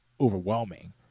overwhelming